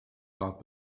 thought